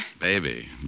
Baby